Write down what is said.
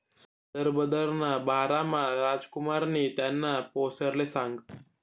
संदर्भ दरना बारामा रामकुमारनी त्याना पोरसले सांगं